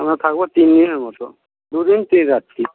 আমরা থাকব তিনদিনের মতো দুদিন তিনরাত্রি